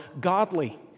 godly